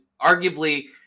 arguably